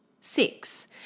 Six